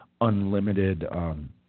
unlimited –